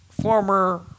former